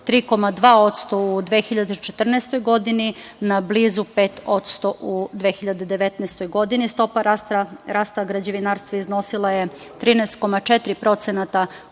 3,2% u 2014. godini na blizu 5% u 2019. godini. Stopa rasta građevinarstva iznosila je 13,4%